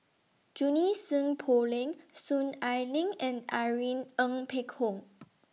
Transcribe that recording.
Junie Sng Poh Leng Soon Ai Ling and Irene Ng Phek Hoong